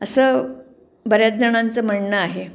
असं बऱ्याचजणांचं म्हणणं आहे